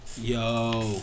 Yo